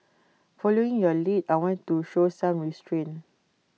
following your lead I want to show some restrain